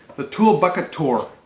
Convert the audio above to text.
the tool bucket tour.